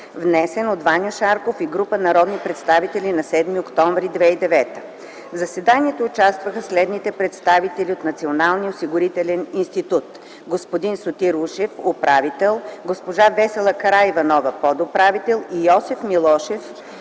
внесен от Ваньо Шарков и група народни представители на 7 октомври 2009 г. В заседанието участваха следните представители от Националния осигурителен институт: господин Сотир Ушев – управител, госпожа Весела Караиванова – подуправител, господин Йосиф Милошев,